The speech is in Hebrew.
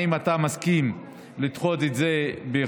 האם אתה מסכים לדחות את זה בחודשיים?